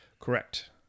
Correct